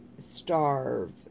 starve